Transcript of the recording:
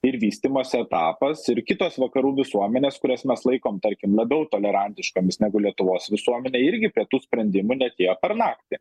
ir vystymosi etapas ir kitos vakarų visuomenės kurias mes laikom tarkim labiau tolerantiškomis negu lietuvos visuomenė irgi prie tų sprendimų neatėjo per naktį